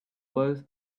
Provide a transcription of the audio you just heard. both